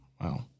Wow